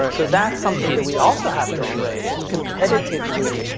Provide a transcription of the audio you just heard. ah so that's something that we also have to embrace. it's competitively,